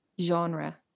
genre